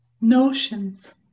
notions